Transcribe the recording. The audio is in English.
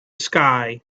sky